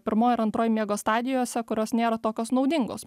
pirmoj ar antroj miego stadijose kurios nėra tokios naudingos